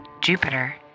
Jupiter